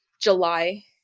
July